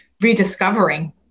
rediscovering